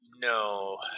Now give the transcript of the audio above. no